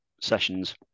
sessions